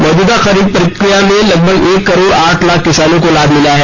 मौजूदा खरीद प्रक्रिया में लगभग एक करोड़ आठ लाख किसानों को लाभ मिला है